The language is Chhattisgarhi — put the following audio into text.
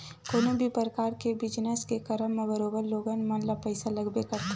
कोनो भी परकार के बिजनस के करब म बरोबर लोगन मन ल पइसा लगबे करथे